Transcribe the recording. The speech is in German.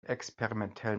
experimentellen